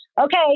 okay